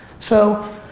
so,